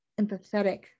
empathetic